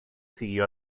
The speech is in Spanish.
siguió